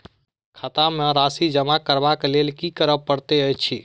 खाता मे राशि जमा करबाक लेल की करै पड़तै अछि?